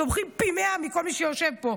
תומכים פי מאה מכל מי שיושב פה,